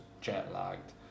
jet-lagged